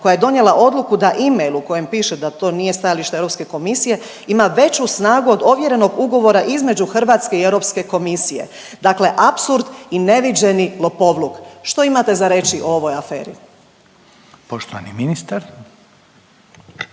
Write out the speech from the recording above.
koja je donijela odluku da e-mail u kojem piše da to nije stajalište Europske komisije ima veću snagu od ovjerenog ugovora između Hrvatske i Europske komisije. Dakle, apsurd i neviđeni lopovluk. Šti imate za reći o ovoj aferi? **Reiner,